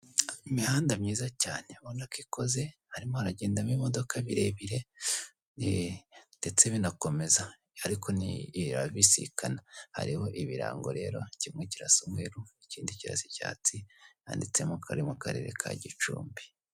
Imihanda myiza cyane ubona ko ukoze harimo haragendamo ibimodoka birebire ndetse binakomeza ariko birabisikana, hariho ibirango rero kimwe kirasa umweru ikindi kirasa icyatsi, handitsemo ko ari mu karere ka Gicumbi.